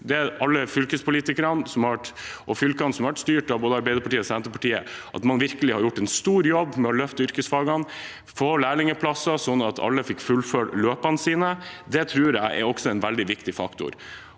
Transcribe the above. alle fylkespolitikerne og fylkene som har vært styrt av både Arbeiderpartiet og Senterpartiet, virkelig har gjort en stor jobb med å løfte yrkesfagene og få lærlingplasser, sånn at alle fikk fullført løpene sine. Det tror jeg også er en veldig viktig faktor.